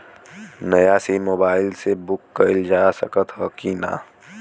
नया SIM mobile से book कइलजा सकत ह कि ना?